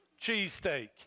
cheesesteak